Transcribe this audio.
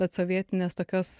bet sovietinės tokios